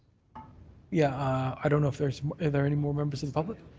yeah i don't know if there's are there anymore members of public?